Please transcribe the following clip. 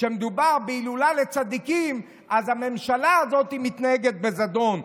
כשהמדובר בהילולה לצדיקים אז הממשלה הזאת מתנהגת בזדון.